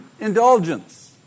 indulgence